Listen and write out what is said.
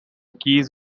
keys